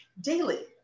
daily